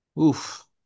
Oof